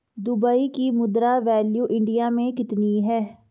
Dubai की मुद्रा value India मे कितनी है?